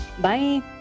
Bye